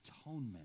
atonement